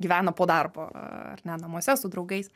gyvena po darbo ar ne namuose su draugais